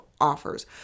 offers